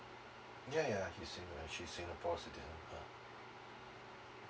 ya ya it seems that see the procedure ha